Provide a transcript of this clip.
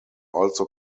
also